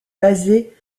basée